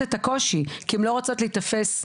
את הקושי כי הן לא רוצות להיתפס חלשות.